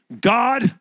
God